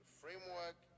framework